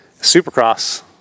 supercross